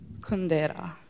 Kundera